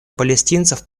палестинцев